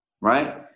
right